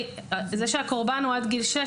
זה שהקורבן הוא עד גיל שש,